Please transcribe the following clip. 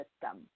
system